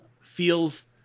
feels